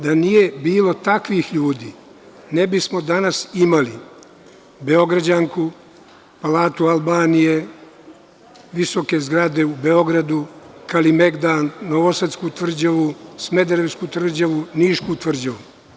Da nije bilo takvih ljudi, ne bismo danas imali Beograđanku, Palatu Albanije, visoke zgrade u Beogradu, Kalemegdan, Novosadsku tvrđavu, Smederevsku tvrđavu, Nišku tvrđavu.